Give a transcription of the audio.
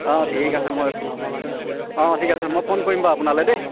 অঁ ঠিক আছে মই অঁ ঠিক আছে মই ফোন কৰিম বাৰু আপোনালৈ দেই